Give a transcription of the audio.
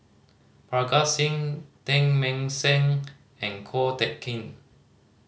Parga Singh Teng Mah Seng and Ko Teck Kin